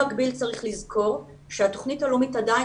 במקביל צריך לזכור שהתוכנית הלאומית עדיין